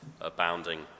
abounding